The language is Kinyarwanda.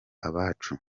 abacu